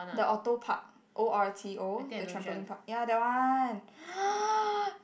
the Orto park O R T O the trampoline park ya that one